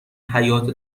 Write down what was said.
حیاط